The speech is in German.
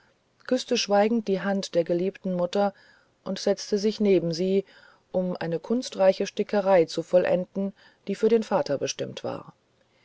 küßte schweigend die hand der geliebten mutter und setzte sich neben sie um eine kunstreiche stickerei zu vollenden die für den vater bestimmt war